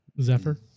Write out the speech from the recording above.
Zephyr